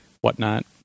whatnot